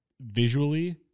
visually